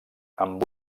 amb